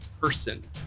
person